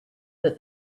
that